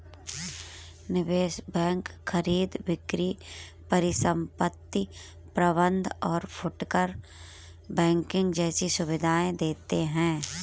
निवेश बैंक खरीद बिक्री परिसंपत्ति प्रबंध और फुटकर बैंकिंग जैसी सुविधायें देते हैं